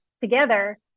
together